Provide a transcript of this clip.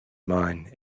mine